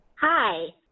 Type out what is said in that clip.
Hi